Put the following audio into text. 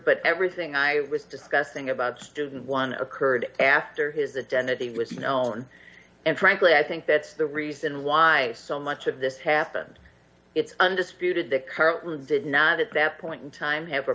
but everything i was discussing about student one occurred after his agenda day was known and frankly i think that's the reason why so much of this happened it's undisputed that currently did not at that point in time ha